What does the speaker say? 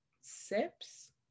sips